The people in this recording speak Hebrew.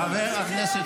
חבר הכנסת